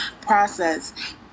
process